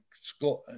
Scott